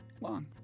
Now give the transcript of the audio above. long